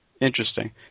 Interesting